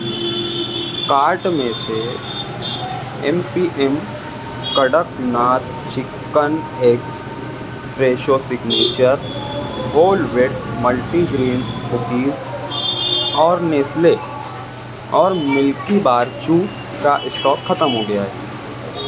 cart میں سے M P M Kadaknath chicken eggs Fresho signature whole wheat multi grain cookies اور Nestle اور milky bar choo کا stock ختم ہو گیا ہے